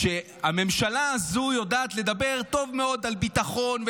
שהממשלה הזאת יודעת לדבר טוב מאוד על ביטחון,